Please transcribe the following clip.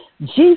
Jesus